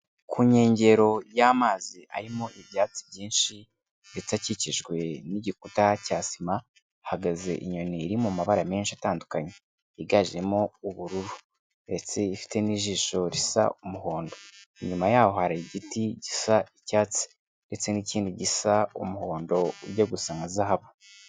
Ku nkengero y'amazi arimo ibyatsi byinshi, ndetse akikijwe n'igikuta cya sima, hahagaze inyoni iri mu mabara menshi atandukanye, yiganjemo ubururu, ndetse ifite n'ijisho risa umuhondo. Inyuma yaho hari igiti gisa icyatsi, ndetse n'ikindi gisa umuhondo ujya gusa nka zahabu.